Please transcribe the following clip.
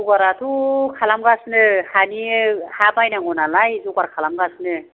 जगाराथ' खालामगासिनो हानि हा बायनांगौनालाय जगार खालामगासिनो